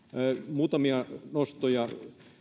muutamia nostoja